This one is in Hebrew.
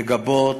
מגבות,